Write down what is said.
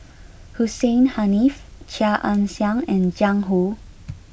Hussein Haniff Chia Ann Siang and Jiang Hu